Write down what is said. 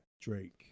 Drake